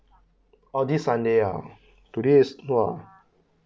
orh this sunday uh today is !wah!